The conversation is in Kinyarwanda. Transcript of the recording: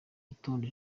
rutonde